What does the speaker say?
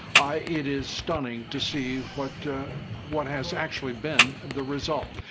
it is stunning to see what what has actually been the result.